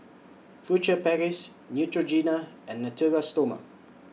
Furtere Paris Neutrogena and Natura Stoma